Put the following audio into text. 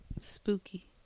Spooky